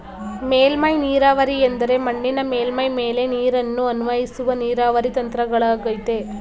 ಮೇಲ್ಮೈ ನೀರಾವರಿ ಎಂದರೆ ಮಣ್ಣಿನ ಮೇಲ್ಮೈ ಮೇಲೆ ನೀರನ್ನು ಅನ್ವಯಿಸುವ ನೀರಾವರಿ ತಂತ್ರಗಳಗಯ್ತೆ